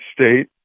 state